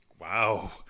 Wow